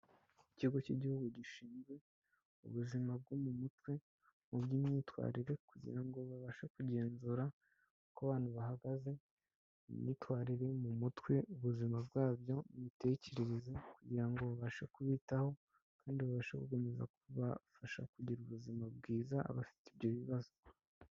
Ikigo cy'igihugu gishinzwe ubuzima bwo mu mutwe mu by'imyitwarire kugira ngo babashe kugenzura uko abantu bahagaze mu myitwarire mu mutwe, ubuzima bwa byo n'imitekerereze kugira ngo babashe kubitaho kandi babashe gukomeza kubafasha kugira ubuzima bwiza abafite ibyo bibazo.